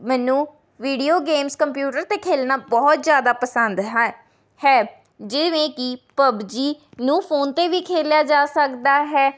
ਮੈਨੂੰ video games computer 'ਤੇ ਖੇਡਣਾ ਬਹੁਤ ਜ਼ਿਆਦਾ ਪਸੰਦ ਹੈ ਹੈ ਜਿਵੇਂ ਕਿ ਪੱਬਜੀ ਨੂੰ ਫੋਨ 'ਤੇ ਵੀ ਖੇਡਿਆ ਜਾ ਸਕਦਾ ਹੈ